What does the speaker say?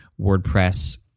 WordPress